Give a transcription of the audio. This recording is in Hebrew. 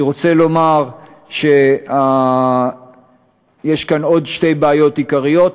אני רוצה לומר שיש כאן עוד שתי בעיות עיקריות.